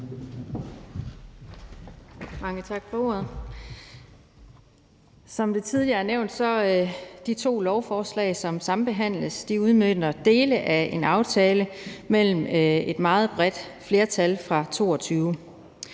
Mange tak for ordet. Som det tidligere er nævnt, udmønter de to lovforslag, som sambehandles, dele af en aftale mellem et meget bredt flertal fra 2022.